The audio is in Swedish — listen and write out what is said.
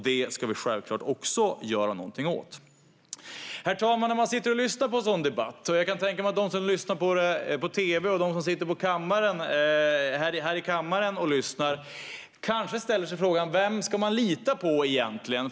Detta ska vi självfallet göra något åt. Herr talman! De som sitter och lyssnar på en sådan här debatt - på tv eller här i kammaren - kanske ställer sig frågan: Vem ska man lita på egentligen?